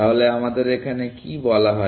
তাহলে আমাদের এখানে কি বলা হয়